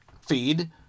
feed